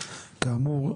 כאמור,